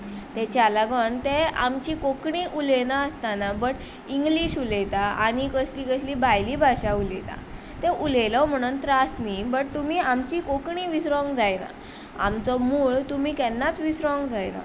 तेच्या लागोन ते आमची कोंकणी उलेनासतना बट इंग्लीश उलयता आनी कसली कसली भायली भाशा उलयता ते उलयलो म्होणोन त्रास न्ही बट तुमी आमची कोंकणी विसरोंक जायना आमचो मूळ तुमी केन्नाच विसरोंक जायना